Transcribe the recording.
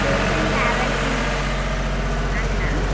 tours and travels నుంచి అన్న